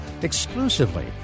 exclusively